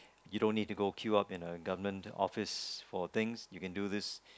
you don't need to go queue up in a government office for things you can do this